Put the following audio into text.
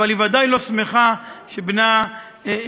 אבל היא ודאי לא שמחה שבנה נפצע.